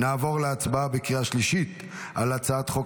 נעבור להצבעה בקריאה שלישית על הצעת חוק